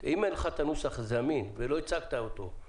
אם אין לך את הנוסח זמין ולא הצגת אותו,